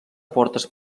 portes